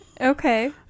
Okay